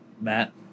Matt